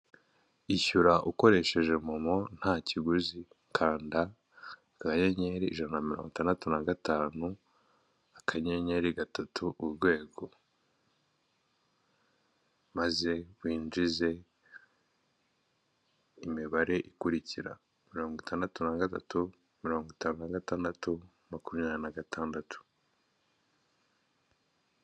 Ni kamyo nini ya randekuruza ya rukururana irimo gukurura izindi, iri mu muhanda igenda, umuhanda nyabagendwa arikohande muhanda irenze ahantu ku kiraro inyuze munsi y'ikiraro kigeretseho undi muhanda hejuru, ni umuhanda ufite icyapa kiri ku muhanda kitagaragaza ibyo kivuga n'ipoto y'amashanyarazi ndetse n'agashyamba kanini cyane.